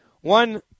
One